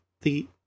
the-